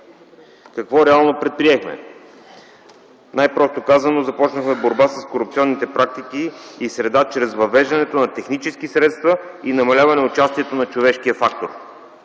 Какво реално предприехме? Най-просто казано, започнахме борба с корупционните практики и среда чрез въвеждането на технически средства и намаляване участието на човешкия фактор.